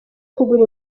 kugura